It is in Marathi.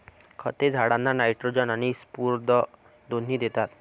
खते झाडांना नायट्रोजन आणि स्फुरद दोन्ही देतात